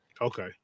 Okay